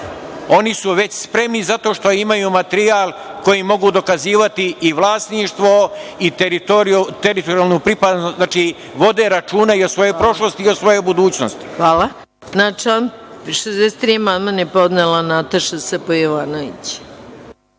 oni su već spremni zato što imaju materijal koji mogu dokazivati i vlasništvo i teritorijalnu pripadnost. Znači, vode računa o svojoj prošlosti i o svojoj budućnosti. **Maja Gojković** Hvala. Na član 63. amandman je podnela Nataša Sp. Jovanović.